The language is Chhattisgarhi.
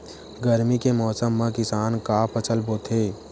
गरमी के मौसम मा किसान का फसल बोथे?